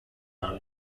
now